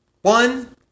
One